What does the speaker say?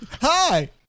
hi